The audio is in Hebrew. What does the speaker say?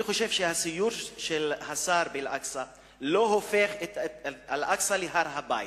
אני חושב שהסיור של השר באל-אקצא לא הופך את אל-אקצא להר-הבית,